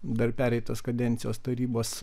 dar pereitos kadencijos tarybos